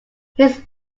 his